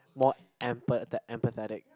more empa~ empathetic